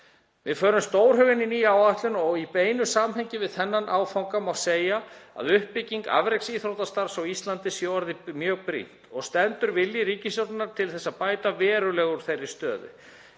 Við förum stórhuga inn í nýja áætlun og í beinu samhengi við þennan áfanga má segja að uppbygging afreksíþróttastarfs á Íslandi sé orðin mjög brýn og stendur vilji ríkisstjórnarinnar til að bæta verulega úr þeirri stöðu.